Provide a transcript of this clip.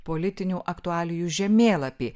politinių aktualijų žemėlapį